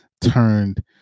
turned